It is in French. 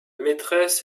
maîtresse